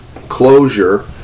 closure